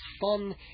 fun